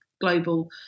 global